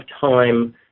time